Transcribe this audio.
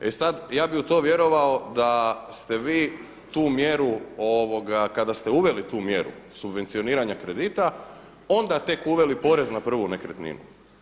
E sada, ja bi u to vjerovao da ste vi tu mjeru kada ste uveli tu mjeru subvencioniranja kredita, onda tek uveli porez na prvu nekretninu.